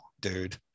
dude